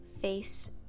face